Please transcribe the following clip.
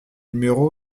numéro